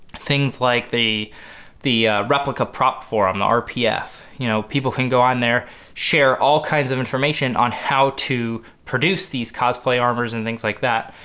things like the the replica prop forum, the rpf, you know people can go on there share all kinds of information on how to produce these cosplay armors and things like that,